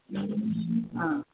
हा